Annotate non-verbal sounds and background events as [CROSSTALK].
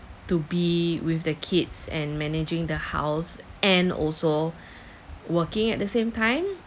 to be with the kids and managing the house and also [BREATH] working at the same time